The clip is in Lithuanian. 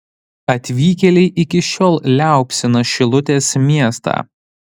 atvykėliai iki šiol liaupsina šilutės miestą